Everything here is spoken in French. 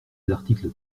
l’article